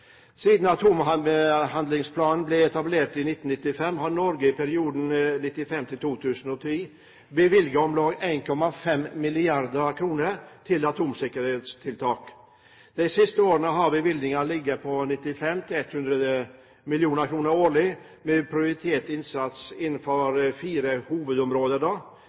Siden atomhandlingsplanen ble etablert i 1995, har Norge i perioden 1995–2010 bevilget om lag 1,5 mrd. kr til atomsikkerhetstiltak. De siste årene har bevilgningene ligget på 95–100 mill. kr årlig med prioritert innsats innenfor fire hovedområder: